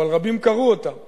אבל רבים קראו אותם בעברית.